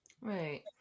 right